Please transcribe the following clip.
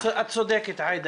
את צודקת, עאידה.